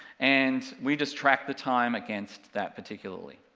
and, we just track the time against that particularly.